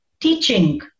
teaching